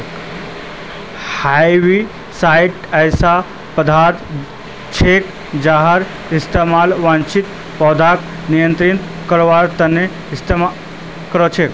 herbicides ऐसा पदार्थ छिके जहार इस्तमाल अवांछित पौधाक नियंत्रित करवार त न कर छेक